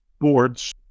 boards